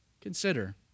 Consider